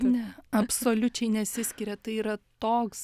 ne absoliučiai nesiskiria tai yra toks